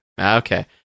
Okay